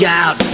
out